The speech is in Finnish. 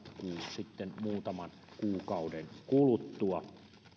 sitten muutaman kuukauden kuluttua